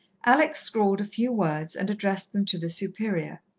alex scrawled a few words and addressed them to the superior.